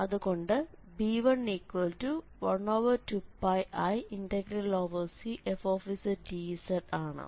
അതുകൊണ്ട് b112πiCfzdz ആണ്